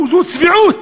זו צביעות.